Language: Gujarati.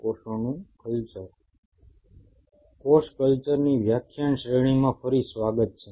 કોષ કલ્ચરની વ્યાખ્યાન શ્રેણીમાં ફરી સ્વાગત છે